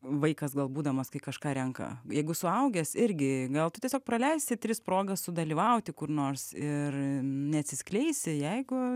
vaikas gal būdamas kai kažką renka jeigu suaugęs irgi gal tu tiesiog praleisti tris progas sudalyvauti kur nors ir neatsiskleisi jeigu